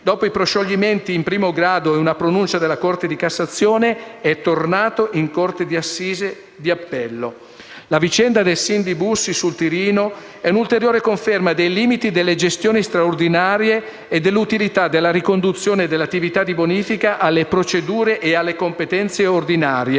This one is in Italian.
dopo i proscioglimenti in primo grado e una pronuncia della Corte di cassazione è tornato in corte di assise di appello. La vicenda del SIN di Bussi sul Tirino è un'ulteriore conferma dei limiti delle gestioni straordinarie e dell'utilità della riconduzione delle attività di bonifica alle procedure e alle competenze ordinarie,